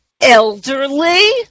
Elderly